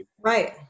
Right